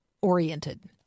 oriented